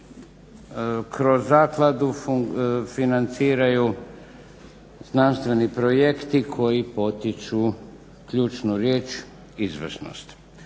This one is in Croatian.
kroz zakladu financiraju znanstveni projekti koji potiču ključnu riječ izvršnost.